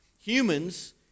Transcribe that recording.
Humans